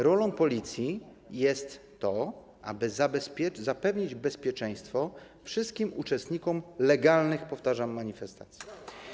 Rolą policji jest to, aby zapewnić bezpieczeństwo wszystkim uczestnikom legalnych, powtarzam, manifestacji.